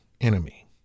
enemy